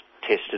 tested